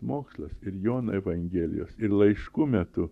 mokslas ir jono evangelijos ir laiškų metu